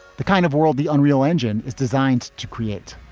the kind of world the unreal engine is designed to create.